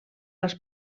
als